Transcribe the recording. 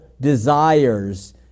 desires